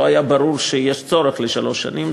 לא היה ברור שיש צורך בשלוש שנים.